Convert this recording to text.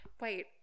wait